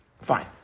fine